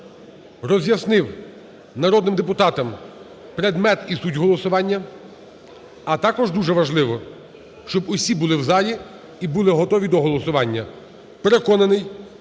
роз'яснив народним депутатам предмет і суть голосування. А також дуже важливо, щоб всі були в залі і були готові до голосування.